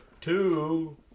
two